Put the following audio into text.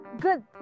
Good